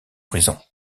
prison